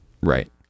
Right